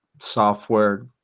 software